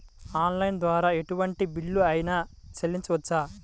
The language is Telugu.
ఆన్లైన్ ద్వారా ఎటువంటి బిల్లు అయినా చెల్లించవచ్చా?